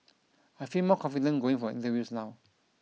I feel more confident going for interviews now